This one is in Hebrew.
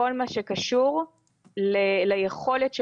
אין לוחות זמנים לכל מה שקשור ליכולת של